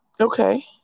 Okay